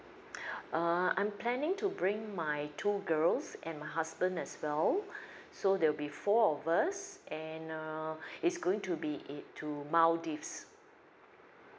err I'm planning to bring my two girls and my husband as well so there'll be four of us and err it's going to be it to maldives